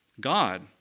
God